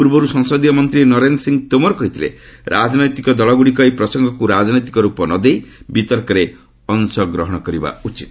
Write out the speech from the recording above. ପୂର୍ବରୁ ସଂସଦୀୟ ମନ୍ତ୍ରୀ ନରେନ୍ଦ୍ର ସିଂହ ତୋମର କହିଥିଲେ ରାଜନୈତିକ ଦଳଗୁଡ଼ିକ ଏହି ପ୍ରସଙ୍ଗକୁ ରାଜନୈତିକ ରୂପ ନଦେଇ ବିତର୍କରେ ଅଶଗ୍ରହଣ କରିବା ଉଚିତ୍